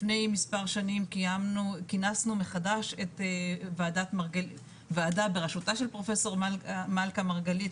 לפני מספר שנים כינסנו מחדש ועדה ברשותה של פרופסור מלכה מרגלית.